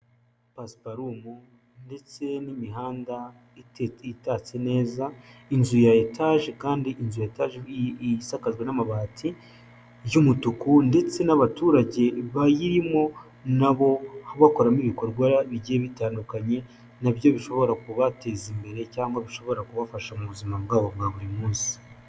Pasiparumu ndetse n'imihanda itatse neza, inzu ya etaje kandi inzu ya etaje isakajwe n'amabati y'umutuku, ndetse n'abaturage bayirimo nabo bakoramo ibikorwa bigiye bitandukanye nabyo bishobora kubateza imbere cyangwa bishobora kubafasha mu buzima bwabo bwa buri munsi.